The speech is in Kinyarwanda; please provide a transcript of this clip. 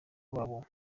wabo